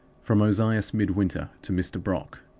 from ozias midwinter to mr. brock.